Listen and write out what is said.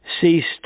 ceased